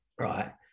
right